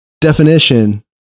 definition